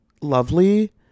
lovely